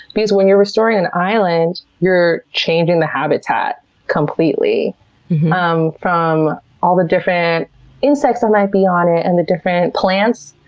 because when you're restoring an island, you're changing the habitat completely um from all the different insects that might be on it and the different plants.